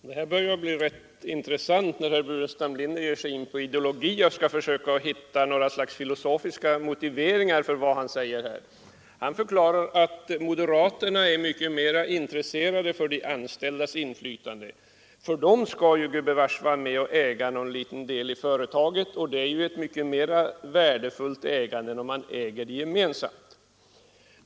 Herr talman! Det börjar bli intressant när herr Burenstam Linder ger sig in på ideologier och försöker hitta filosofiska motiveringar för vad han säger. Han förklarar att moderaterna är mycket mer intresserade för de anställdas inflytande; de anställda skall bevars vara med och äga någon liten del av företaget. Det skulle vara ett mycket mera värdefullt ägande än ett gemensamt ägande.